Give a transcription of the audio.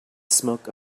smoke